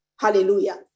Hallelujah